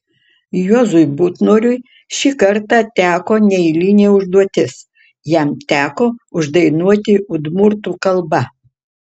juozui butnoriui šį kartą teko neeilinė užduotis jam teko uždainuoti udmurtų kalba